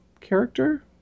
character